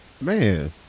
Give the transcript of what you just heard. Man